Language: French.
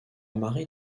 marie